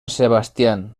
sebastián